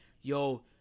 Yo